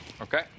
Okay